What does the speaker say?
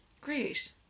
Great